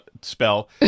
spell